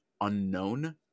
unknown